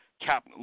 cap